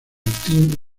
team